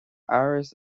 áras